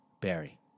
Barry